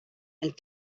and